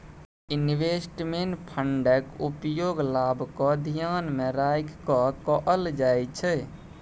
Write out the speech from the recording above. investment फंडक उपयोग लाभ केँ धियान मे राइख कय कअल जाइ छै